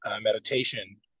meditation